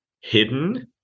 hidden